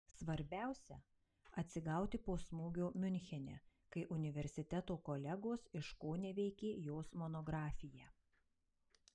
svarbiausia atsigauti po smūgio miunchene kai universiteto kolegos iškoneveikė jos monografiją